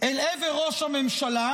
אל עבר ראש הממשלה,